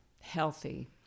healthy